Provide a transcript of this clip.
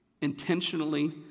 intentionally